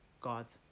God's